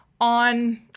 on